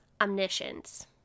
Omniscience